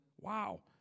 Wow